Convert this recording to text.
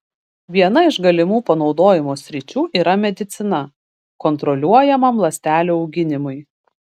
viena iš galimų panaudojimo sričių yra medicina kontroliuojamam ląstelių auginimui